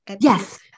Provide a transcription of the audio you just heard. Yes